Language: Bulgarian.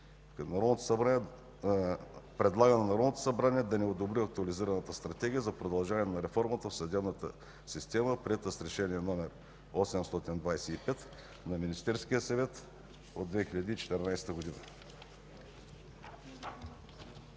предлага на Народното събрание да не одобри Актуализирана стратегия за продължаване на реформата в съдебната система, приета с Решение № 825 на Министерски съвет от 2014 г.”